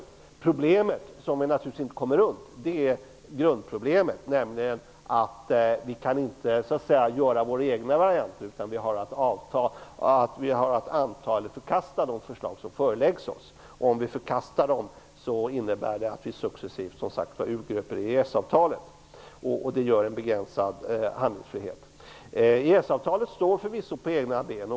Grundproblemet, som vi inte kommer runt, är att vi inte kan göra våra egna varianter. Vi har att anta eller förkasta de förslag som föreläggs oss. Om vi förkastar dem, innebär det att vi successivt urgröper EES-avtalet. Det ger en begränsad handlingsfrihet. EES-avtalet står förvisso på egna ben.